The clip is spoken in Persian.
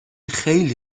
خیلی